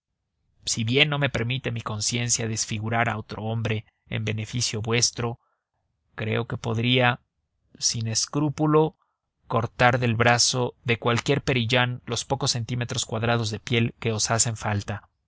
si bien no permite mi conciencia desfigurar a otro hombre en beneficio vuestro creo que podría sin escrúpulo cortar del brazo de cualquier perillán los pocos centímetros cuadrados de piel que os hacen falta